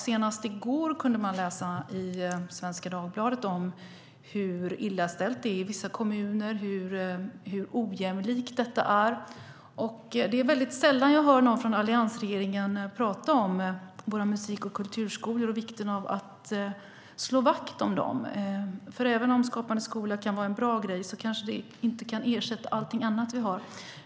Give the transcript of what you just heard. Senast i går kunde man läsa i Svenska Dagbladet om hur illa ställt det är i vissa kommuner och hur ojämlikt detta är. Det är sällan jag hör någon från alliansregeringen prata om våra musik och kulturskolor och vikten av att slå vakt om dem. Även om Skapande skola kan vara en bra grej kanske den inte kan ersätta allting annat vi har.